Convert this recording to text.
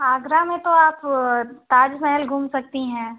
आगरा में तो आप ताज महल घुम सकती हैं